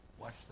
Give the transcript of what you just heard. watch